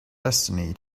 destiny